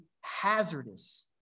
hazardous